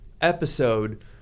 episode